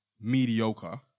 mediocre